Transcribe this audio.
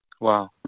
Wow